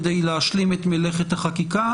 כדי להשלים את מלאכת החקיקה,